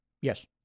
yes